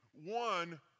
one